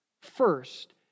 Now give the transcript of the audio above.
first